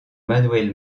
manuel